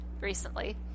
recently